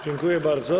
Dziękuję bardzo.